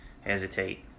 hesitate